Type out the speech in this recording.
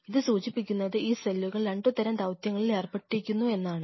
ഇത് സൂചിപ്പിക്കുന്നത് ഈ സെല്ലുകൾ രണ്ടുതരം ദൌത്യങ്ങളിൽ ഏർപ്പെട്ടിരിക്കുന്നു എന്നാണ്